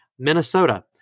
Minnesota